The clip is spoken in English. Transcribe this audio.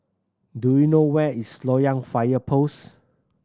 do you know where is Loyang Fire Post